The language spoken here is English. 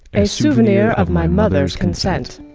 a souvenir of my mother's consent.